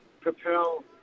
propel